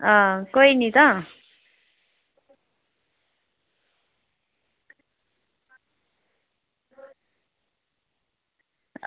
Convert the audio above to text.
आं कोई निं तां